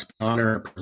honor